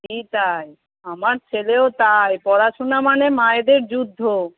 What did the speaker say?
সেইটাই আমার ছেলেও তাই পড়াশোনা মানে মায়েদের যুদ্ধ